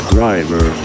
Driver